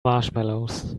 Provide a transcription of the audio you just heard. marshmallows